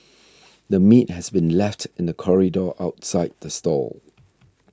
the meat has been left in the corridor outside the stall